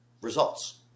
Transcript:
results